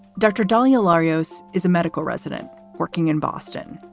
dr. dalia larios is a medical resident working in boston.